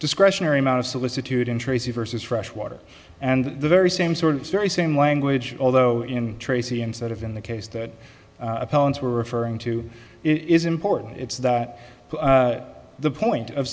discretionary amount of solicitude in tracy versus fresh water and the very same sort of very same language although in tracy instead of in the case that opponents were referring to it is important it's that the point of